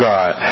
God